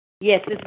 Yes